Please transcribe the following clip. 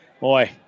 boy